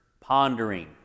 pondering